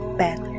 bad